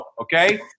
okay